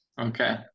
Okay